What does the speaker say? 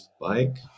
bike